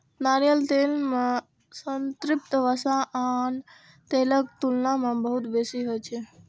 नारियल तेल मे संतृप्त वसा आन तेलक तुलना मे बहुत बेसी होइ छै